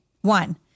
One